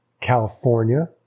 California